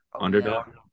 underdog